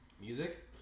Music